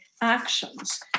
actions